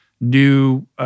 new